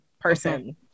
person